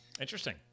Interesting